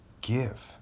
give